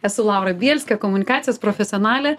esu laura bielskė komunikacijos profesionalė